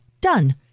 Done